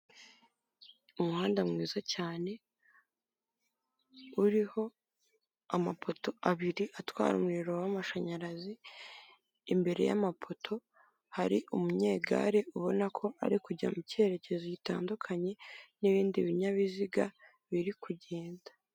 Umuhanda mwiza cyane, uriho amapoto abiri atwara umuriro w'amashanyarazi, imbere y'amapoto hari umunyegare ubona ko ari kujya mu cyerekezo gitandukanye n'ibindi binyabiziga biri kugenda.